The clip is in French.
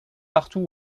partout